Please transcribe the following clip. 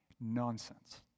Nonsense